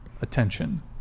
attention